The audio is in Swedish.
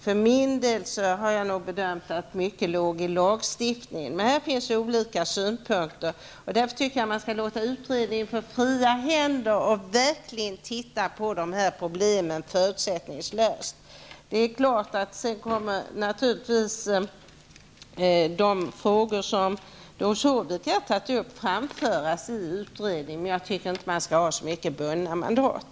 För min del har jag gjort den bedömningen att mycket låg i lagstiftningen. Här finns som sagt olika synpunkter. Därför tycker jag att utredningen skall ha fria händer att verkligen se på problemen förutsättningslöst. Sedan kommer naturligtvis de frågor som utredningen bör ta upp att framföras till utredningen, men jag tycker inte att det skall vara så många bundna mandat.